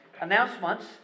announcements